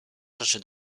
rzeczy